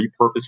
repurpose